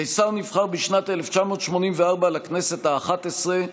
קיסר נבחר בשנת 1984 לכנסת האחת-עשרה,